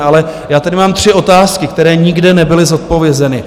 Ale já tady mám tři otázky, které nikde nebyly zodpovězeny.